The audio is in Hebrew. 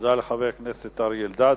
תודה לחבר הכנסת אריה אלדד.